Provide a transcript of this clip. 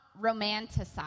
romanticize